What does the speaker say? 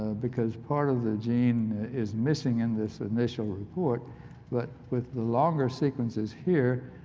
because part of the gene is missing in this initial report but with the longer sequences here,